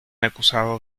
acusado